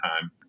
time